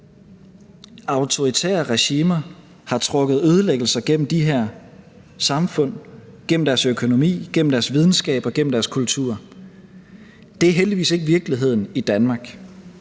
hvordan autoritære regimer har trukket ødelæggelser gennem de her samfund, gennem deres økonomi, gennem deres videnskab og gennem deres kultur. Det er heldigvis ikke virkeligheden i Danmark,